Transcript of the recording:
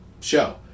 show